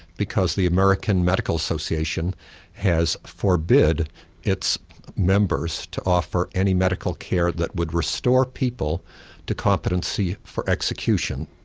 because the american medical association has forbid its members to offer any medical care that would restore people to competency for execution.